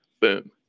boom